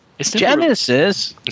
Genesis